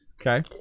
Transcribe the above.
okay